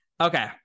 okay